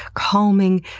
calming,